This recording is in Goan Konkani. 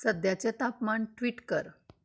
सद्याचें तापमान ट्विट कर